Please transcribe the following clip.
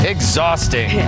Exhausting